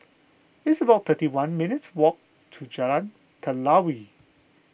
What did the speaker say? it's about thirty one minutes' walk to Jalan Telawi